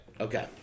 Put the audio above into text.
Okay